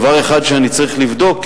דבר אחד שאני צריך לבדוק,